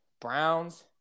Browns